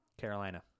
Carolina